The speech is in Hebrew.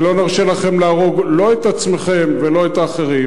ולא נרשה לכם להרוג לא את עצמכם ולא את האחרים,